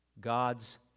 God's